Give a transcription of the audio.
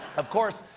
of course,